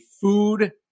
food